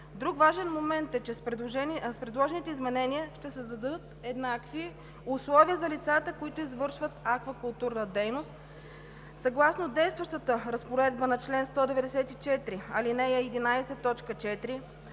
Друг важен момент е, че с предложените изменения ще се създадат еднакви условия за лицата, които извършват аквакултурна дейност. Съгласно действащата Разпоредба на чл. 194, ал. 11,